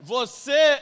você